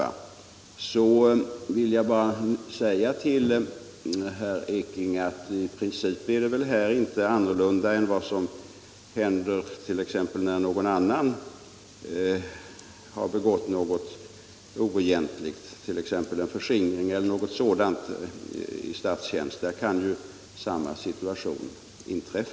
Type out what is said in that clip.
Jag vill i det avseendet bara säga till herr Ekinge att det här i princip inte tillämpas någon annan ordning än när någon i statstjänst begår en oegentlig handling, t.ex. gör sig skyldig till en förskingring. Där kan ju samma situation uppstå.